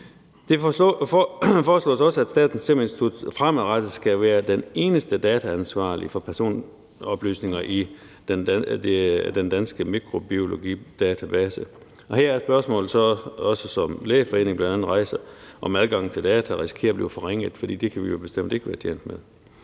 Det foreslås også, at Statens Serum Institut fremadrettet skal være den eneste dataansvarlige for personoplysninger i Den Danske Mikrobiologidatabase. Her er spørgsmålet så, som også Lægeforeningen bl.a. rejser, om adgangen til data risikerer at blive forringet, for det kan vi jo bestemt ikke være tjent med.